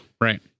right